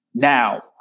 Now